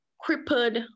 crippled